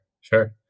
sure